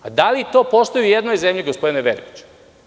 Da li to postoji i u jednoj zemlji gospodine Verbiću?